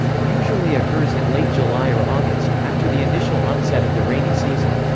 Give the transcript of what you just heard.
usually occurs in late july or august, after the initial onset of the rainy season.